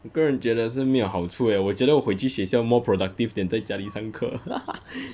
我个人觉得是没有好处 eh 我觉得我回去学校 more productive than 在家里上课 leh